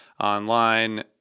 online